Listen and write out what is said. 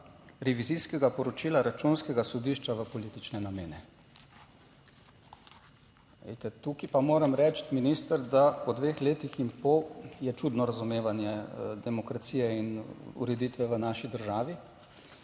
revizijskega poročila Računskega sodišča v politične namene. Glejte, tukaj pa moram reči minister, da po dveh letih in pol je čudno razumevanje demokracije in ureditve v naši državi.